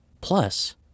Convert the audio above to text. plus